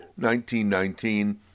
1919